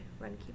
RunKeeper